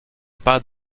pas